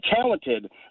talented